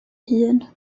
hun